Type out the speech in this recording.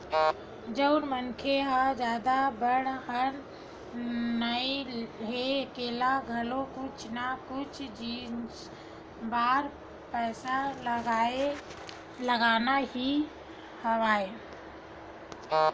जउन मनखे ह जादा बड़हर नइ हे ओला घलो कुछु ना कुछु जिनिस बर पइसा लगना ही हवय